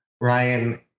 Ryan